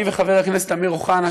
אני וחבר הכנסת אמיר אוחנה,